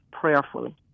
prayerfully